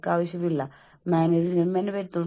നിങ്ങൾക്ക് ആവശ്യമുള്ളത്ര കഷണങ്ങളായി അവയെ കീറുക